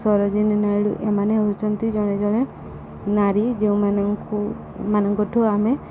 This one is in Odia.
ସରୋଜିନୀ ନାଏଡ଼ୁ ଏମାନେ ହଉଛନ୍ତି ଜଣେ ଜଣେ ନାରୀ ଯେଉଁମାନଙ୍କୁ ମାନଙ୍କଠୁ ଆମେ